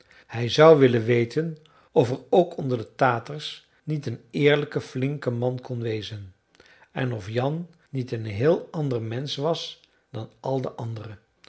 hij zou willen weten of er ook onder de taters niet een eerlijke flinke man kon wezen en of jan niet een heel ander mensch was dan al de andere